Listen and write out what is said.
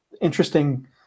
interesting